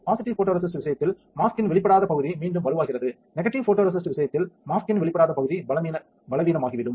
positive photoresist விஷயத்தில் மாஸ்க்கின் வெளிப்படாத பகுதி மீண்டும் வலுவாகிறது நெகடிவ் போடோரெசிஸ்ட் விஷயத்தில் மாஸ்க்கின் வெளிப்படாத பகுதி பலவீனமாகிவிடும்